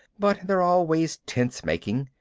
but they're always tense-making.